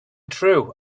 true